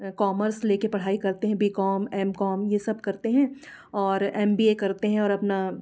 commerce लेके पढ़ाई करते हैं बी कॉम एम कॉम ये सब करते हैं और एम बी ए करते हैं और अपना